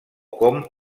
com